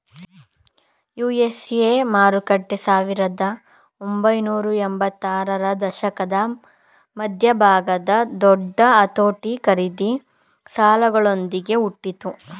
USA ಮಾರುಕಟ್ಟೆ ಸಾವಿರದ ಒಂಬೈನೂರ ಎಂಬತ್ತರ ದಶಕದ ಮಧ್ಯಭಾಗದ ದೊಡ್ಡ ಅತೋಟಿ ಖರೀದಿ ಸಾಲಗಳೊಂದ್ಗೆ ಹುಟ್ಟಿತು